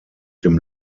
dem